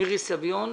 מירי סביון,